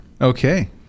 Okay